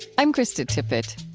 i'm krista tippett.